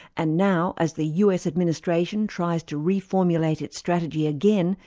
and now, as the us administration tries to reformulate its strategy again,